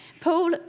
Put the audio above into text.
Paul